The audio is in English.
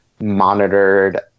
monitored